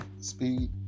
speed